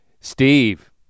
Steve